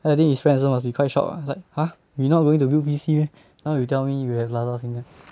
I think his friend also must be quite shocked ah like !huh! we not going to build P_C meh now you tell me you at plaza sing ah